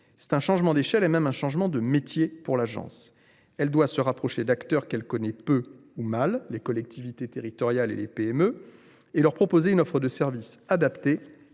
C’est un changement d’échelle et même un changement de métier pour l’Agence. Elle doit se rapprocher d’acteurs qu’elle connaît peu ou mal, les collectivités territoriales et les PME, et leur proposer une offre de services adaptée